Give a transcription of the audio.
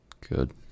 Good